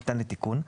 ניתן לתיקון,